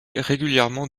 régulièrement